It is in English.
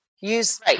Use